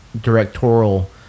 directorial